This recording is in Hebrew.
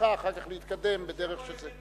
ממשיכה אחר כך להתקדם בדרך שזה,